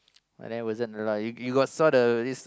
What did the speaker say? but then wasn't you you got saw the this